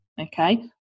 okay